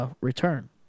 return